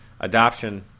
adoption